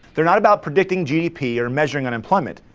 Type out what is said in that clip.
they're not about predicting gdp, or measuring unemployment,